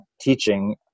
teaching